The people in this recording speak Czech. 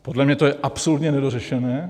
Podle mě to je absolutně nedořešené.